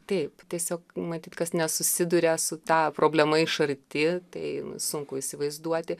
taip tiesiog matyt kas nesusiduria su ta problema iš arti tai sunku įsivaizduoti